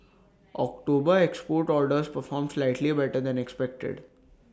October export orders performed slightly better than expected